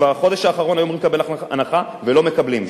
בחודש האחרון היו אמורים לקבל הנחה ולא מקבלים.